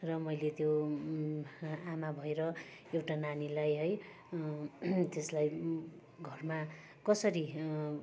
र मैले त्यो आमा भएर एउटा नानीलाई है त्यसलाई घरमा कसरी